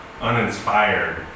uninspired